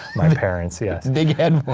my parents, yes. big head